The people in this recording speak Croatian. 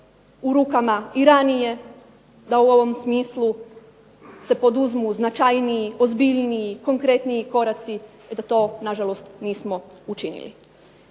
u rukama i ranije, da u ovom smislu se poduzmu značajniji, ozbiljniji, konkretniji koraci. Eto to na žalost nismo učinili.